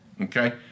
okay